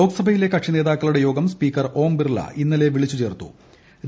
ലോക്സഭയിലെ കക്ഷിനേതാക്കളുടെ യോഗം സ്പീക്കർ ഓംബിർള ഇന്നലെ വിളിച്ചു ചേർത്തിരുന്നു